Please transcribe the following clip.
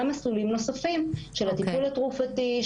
מסלולים נוספים - של הטיפול התרופתי,